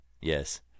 Yes